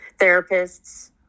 therapists